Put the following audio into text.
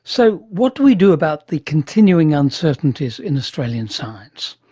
so what do we do about the continuing uncertainties in australian science?